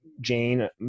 Jane